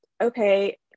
okay